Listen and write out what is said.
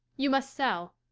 you must sell.